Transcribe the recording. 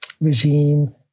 regime